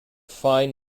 fine